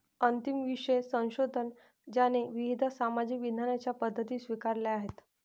अंतिम विषय संशोधन ज्याने विविध सामाजिक विज्ञानांच्या पद्धती स्वीकारल्या आहेत